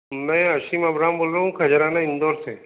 मैं अशीम अब्राहम बोल रहा हूँ खजराना इंदौर से